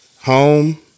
home